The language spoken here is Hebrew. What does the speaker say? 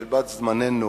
שהיא בת-זמננו,